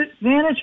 advantage